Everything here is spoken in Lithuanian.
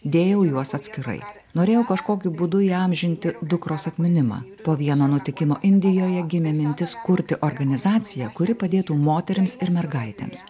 dėjau juos atskirai norėjau kažkokiu būdu įamžinti dukros atminimą po vieno nutikimo indijoje gimė mintis kurti organizaciją kuri padėtų moterims ir mergaitėms